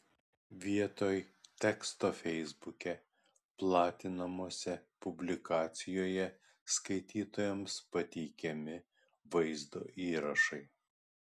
vietoj teksto feisbuke platinamose publikacijoje skaitytojams pateikiami vaizdo įrašai